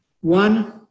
One